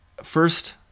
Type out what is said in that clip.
First